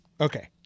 Okay